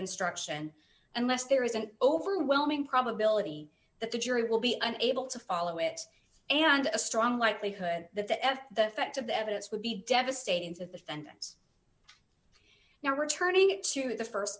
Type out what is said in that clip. instruction unless there is an overwhelming probability that the jury will be unable to follow it and a strong likelihood that that f the facts of the evidence would be devastating to the fence now returning it to the